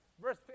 Verse